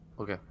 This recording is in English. Okay